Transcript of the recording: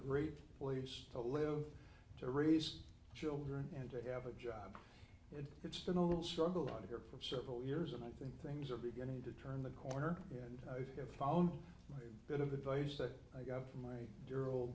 great place to live to raise children and to have a job and it's been a little struggle out here for several years and i think things are beginning to turn the corner and if i own a bit of advice that i got from my dear